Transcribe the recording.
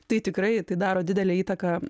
tai tikrai tai daro didelę įtaką